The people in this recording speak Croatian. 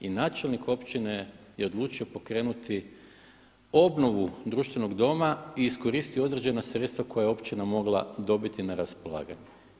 I načelnik općine je odlučio pokrenuti obnovu društvenog doma i iskoristio određena sredstva koja je općina mogla dobiti na raspolaganja.